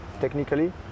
technically